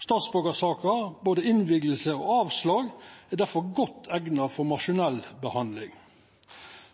Statsborgarsaker, både godkjenning og avslag, er difor godt eigna for maskinell behandling.